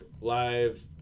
live